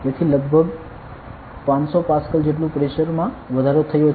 તેથી લગભગ 500 પાસ્કલ જેટલુ પ્રેશર માં વધારો થયો છે